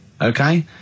okay